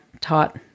taught